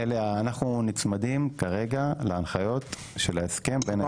אנחנו נצמדים כרגע להנחיות של ההסכם בין ההסתדרות למדינה.